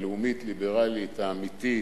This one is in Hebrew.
הלאומית הליברלית האמיתית,